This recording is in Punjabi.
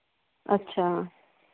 ਅੱਛਾ